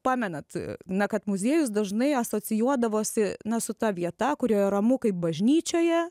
pamenat na kad muziejus dažnai asocijuodavosi na su ta vieta kurioje ramu kaip bažnyčioje